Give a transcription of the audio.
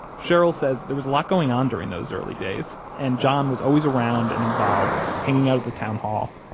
cheryl says there was a lot going on during those early days, and john was always around and involved, hanging out at the town hall.